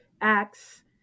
acts